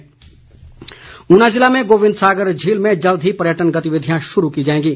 वीरेन्द्र कंवर ऊना ज़िले में गोबिंद सागर झील में जल्द ही पर्यटन गतिविधियां शुरू की जाएंगी